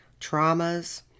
traumas